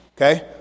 okay